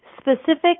specific